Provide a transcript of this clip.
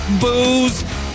booze